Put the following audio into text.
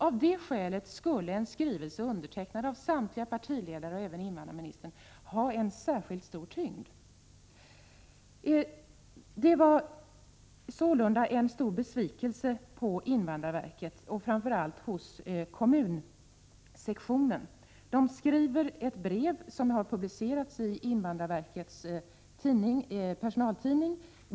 Av det skälet skulle en skrivelse undertecknad av samtliga partiledare och även av invandrarministern ha särskilt stor tyngd. På invandrarverket och framför allt på kommunsektionen kände man sålunda stor besvikelse. Man har skrivit ett brev som har publicerats i invandrarverkets personaltidning.